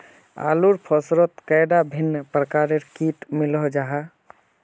आलूर फसलोत कैडा भिन्न प्रकारेर किट मिलोहो जाहा?